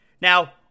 Now